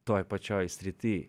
toj pačioj srity